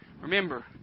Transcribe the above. Remember